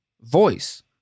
voice